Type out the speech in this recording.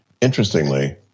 interestingly